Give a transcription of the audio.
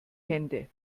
hände